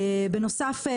בנוסף,